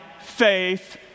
faith